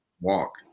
walk